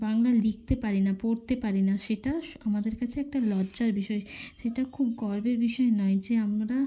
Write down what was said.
বাংলা লিখতে পারি না পড়তে পারি না সেটা আমাদের কাছে একটা লজ্জার বিষয় সেটা খুব গর্বের বিষয় নয় যে আমরা